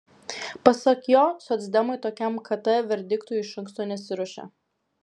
pasak jo socdemai tokiam kt verdiktui iš anksto nesiruošė